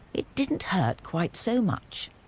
it didn't hurt quite so much.